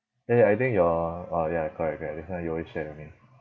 ya ya I think your orh ya correct correct this one you always share with me